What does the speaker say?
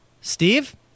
Steve